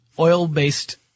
Oil-based